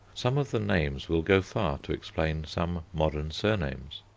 some of the names will go far to explain some modern surnames.